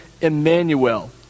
Emmanuel